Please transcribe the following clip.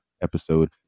episode